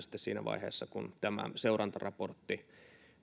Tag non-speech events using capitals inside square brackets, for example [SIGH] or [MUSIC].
[UNINTELLIGIBLE] sitten viimeistään siinä vaiheessa kun seurantaraportti